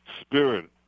spirit